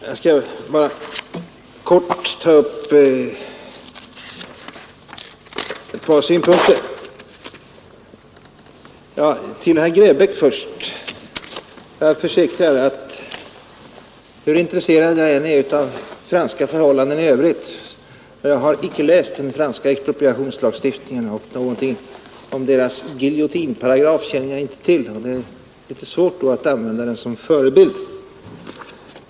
Fru talman! Jag skall bara helt kort beröra ett par synpunkter. Jag försäkrar, herr Grebäck, att hur intresserad jag än är av franska förhållanden i övrigt har jag inte läst den franska expropriationslagstiftningen och känner inte till något om giljotinparagrafen; det är då litet svårt att använda den som förebild.